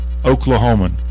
Oklahoman